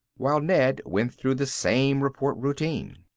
while ned went through the same report routine.